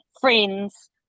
friends